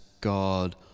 God